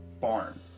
barn